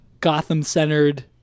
Gotham-centered